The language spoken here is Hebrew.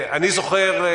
זוכר,